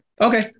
Okay